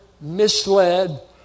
misled